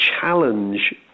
challenge